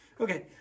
Okay